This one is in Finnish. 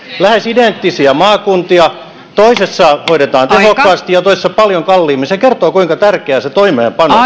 lähes identtisiä maakuntia toisessa hoidetaan tehokkaasti ja toisessa paljon kalliimmin se kertoo kuinka tärkeää se toimeenpano